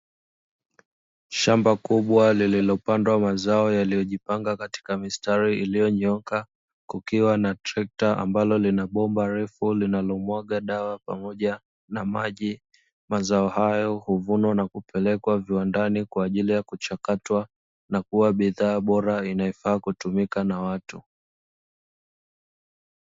Shamba kubwa lililopandwa mazao yaliyojipanga katika mistari iliyonyooka kukiwa na trekta ambalo linabomba refu linalomwaga dawa pamoja na maji, mazao hayo huvunwa na kupelekwa viwandani kwa ajili ya kuchakatwa na kuwa bidhaa bora inayofaa kutumika na watu.